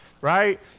right